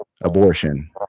abortion